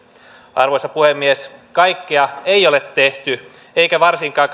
arvoisa puhemies kaikkea ei ole tehty eikä varsinkaan